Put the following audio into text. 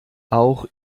auch